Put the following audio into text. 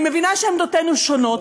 אני מבינה שעמדותינו שונות,